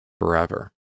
forever